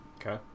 Okay